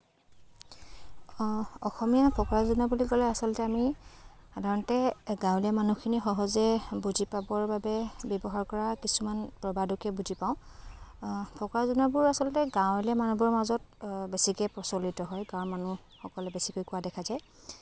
অসমীয়া ফকৰা যোজনা বুলি ক'লে আচলতে আমি গাৱলীয়া মানুহখিনিয়ে সহজতে বুজি পাবৰ বাবে ব্যৱহাৰ কৰা কিছুমান প্ৰবাদকে বুজি পাওঁ ফকৰা যোজনাবোৰ আচলতে গাঁৱলীয়া মানুহবোৰৰ মাজত বেছিকে প্ৰচলিত হয় গাওঁৰ মানুহসকলে বেছিকৈ কোৱা দেখা যায়